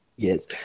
Yes